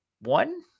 one